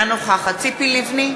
אינה נוכחת ציפי לבני,